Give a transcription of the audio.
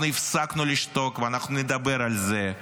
הפסקנו לשתוק ונדבר על זה.